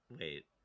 wait